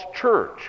church